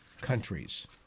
countries